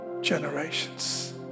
generations